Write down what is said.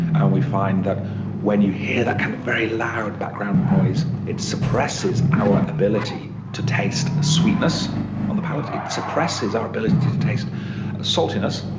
and we find that when you hear that kind of very loud background noise it suppresses our ability to taste sweetness on the palate, it suppresses our ability to taste saltiness.